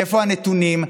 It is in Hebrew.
איפה הנתונים?